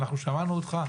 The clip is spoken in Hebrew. אנחנו שמענו אותך.